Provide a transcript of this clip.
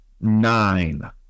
nine